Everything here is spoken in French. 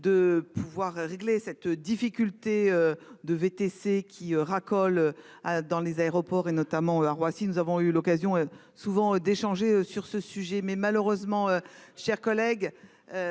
de pouvoir régler cette difficulté de VTC qui racolent. Dans les aéroports et notamment à Roissy, nous avons eu l'occasion souvent d'échanger sur ce sujet, mais malheureusement, chers collègues.